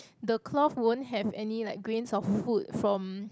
the cloth won't have any like grains of food from